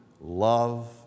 love